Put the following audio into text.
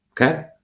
okay